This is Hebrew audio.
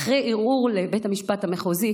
אחרי ערעור לבית המשפט המחוזי,